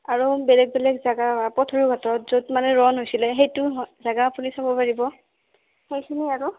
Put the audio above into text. আৰু বেলেগ বেলেগ জেগা পথৰু ঘাটত য'ত মানে ৰণ হৈছিলে সেইটো জেগা আপুনি চাব পাৰিব সেইখিনি আৰু